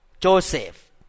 Joseph